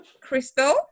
Crystal